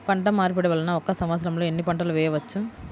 పంటమార్పిడి వలన ఒక్క సంవత్సరంలో ఎన్ని పంటలు వేయవచ్చు?